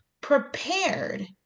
prepared